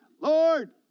Lord